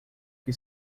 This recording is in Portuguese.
que